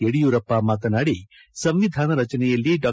ಯಡಿಯೂರಪ್ಪ ಮಾತನಾಡಿ ಸಂವಿಧಾನ ರಚನೆಯಲ್ಲಿ ಡಾ